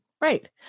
Right